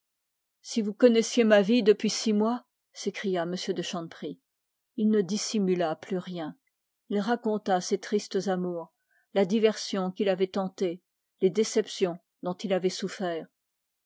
si vous connaissiez ma vie depuis six mois s'écria m de chanteprie il avoua ses tristes amours la diversion qu'il avait tentée les déceptions dont il avait souffert